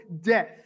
death